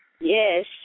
Yes